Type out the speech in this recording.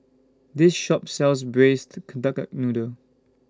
This Shop sells Braised Duck Noodle